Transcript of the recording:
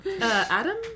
Adam